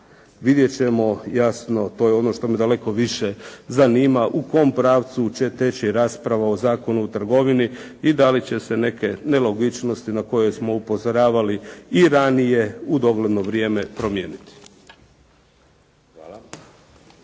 vidjeti ćemo jasno to je ono što me daleko više zanima, u kom pravcu će teći rasprava o Zakonu o trgovini i da li će se neke nelogičnosti na koje smo upozoravali i ranije, u dogledno vrijeme promijeniti.